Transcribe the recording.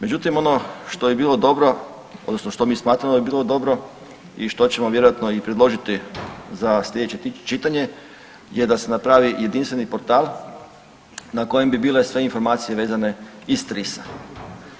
Međutim, ono što bi bilo dobro odnosno što mi smatramo da bi bilo dobri i što ćemo vjerojatno i predložiti za slijedeće čitanje je da se napravi jedinstveni portal na kojem bi bile sve informacije vezane iz TRIS-a.